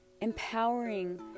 empowering